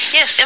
Yes